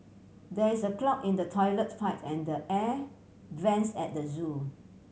there is a clog in the toilet pipe and the air vents at the zoo